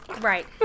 Right